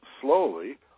slowly